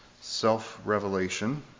self-revelation